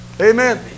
Amen